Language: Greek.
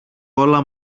όλα